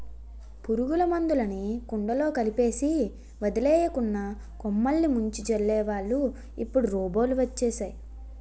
పురుగుల మందులుని కుండలో కలిపేసి పదియాకులున్న కొమ్మలిని ముంచి జల్లేవాళ్ళు ఇప్పుడు రోబోలు వచ్చేసేయ్